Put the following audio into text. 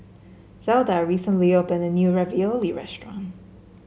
Zelda recently opened a new Ravioli restaurant